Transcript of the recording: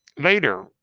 later